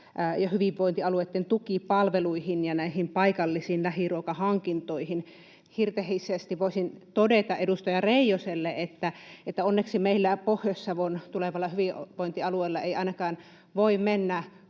ja hyvinvointialueitten tukipalveluihin ja näihin paikallisiin lähiruokahankintoihin. Hirtehisesti voisin todeta edustaja Reijoselle, että onneksi meillä Pohjois-Savon tulevalla hyvinvointialueella ei ainakaan voi mennä